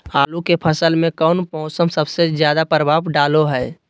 आलू के फसल में कौन मौसम सबसे ज्यादा प्रभाव डालो हय?